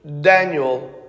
Daniel